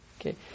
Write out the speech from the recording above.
Okay